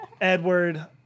Edward